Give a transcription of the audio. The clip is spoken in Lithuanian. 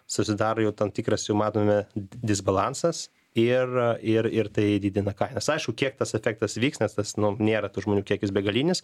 susidaro jau tam tikras jau matome disbalansas ir ir ir tai didina kainas aišku kiek tas efektas vyks nes tas nu nėra tų žmonių kiekis begalinis